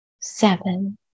seven